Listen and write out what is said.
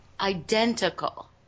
identical